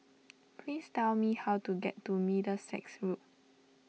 please tell me how to get to Middlesex Road